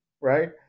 right